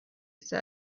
said